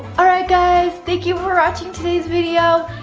all right guys, thank you for watching today's video.